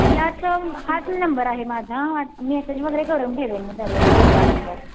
याच हाच नंबर आहे माझा मेसेज वगैरे करून ठेवेन मी पर्यायी दुसरा नंबर